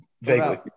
Vaguely